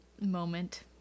moment